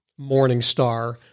Morningstar